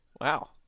wow